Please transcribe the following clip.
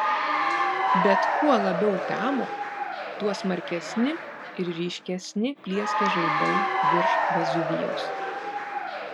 bet kuo labiau temo tuo smarkesni ir ryškesni plieskė žaibai virš vezuvijaus